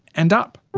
and up.